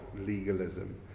legalism